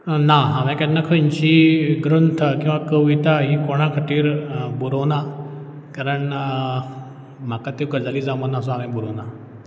ना हांवें केन्ना खंयंची ग्रंथ किंवां कविता ही कोणा खातीर बरोवंक ना कारण म्हाका त्यो गजाली जमना सो हांवेन बरोवंक ना